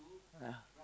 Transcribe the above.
!aiya!